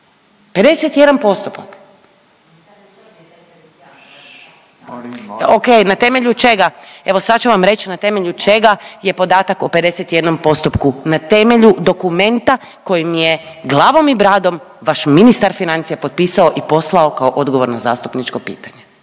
51 postupak. Ok, na temelju čega, evo sad ću vam reći na temelju čega je podatak o 51 postupku. Na temelju dokumenta koji mi je glavom i bradom vaš ministar financija potpisao i poslao kao odgovor na zastupničko pitanje.